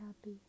happy